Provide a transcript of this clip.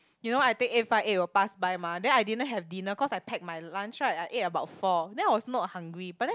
you know I take eight five eight will past by mah then I didn't have dinner cause I packed my lunch right I ate about four then I was not hungry but then